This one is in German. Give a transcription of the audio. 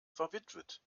verwitwet